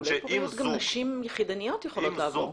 טיפולי פוריות גם נשים יחידניות יכולות לעבור.